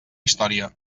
història